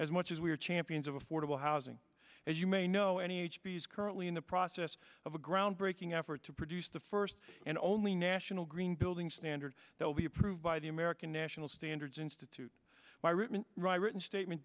as much as we are champions of affordable housing as you may know any h p is currently in the process of a groundbreaking effort to produce the first and only national green building standards they'll be approved by the american national standards institute by richmond right written statement